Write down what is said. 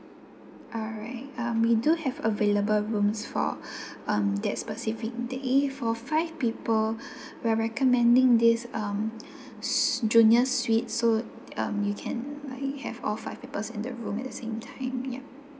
alright um we do have available rooms for um that specific day for five people we're recommending this um ss~ junior suite suite um you can like have all five peoples in the room at the same time ya